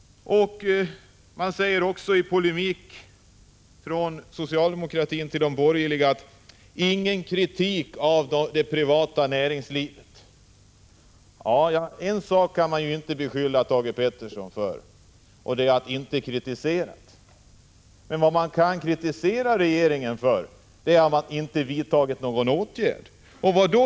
Man säger från socialdemokratiskt håll i polemik med de borgerliga: Ni riktar ingen kritik mot det privata näringslivet. En sak är säker: Man kan inte beskylla Thage Peterson för att han inte kritiserar. Men vad man kan kritisera regeringen för är att den inte vidtagit någon åtgärd.